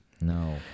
No